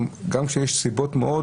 גם כשיש סיבות מאוד